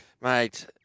mate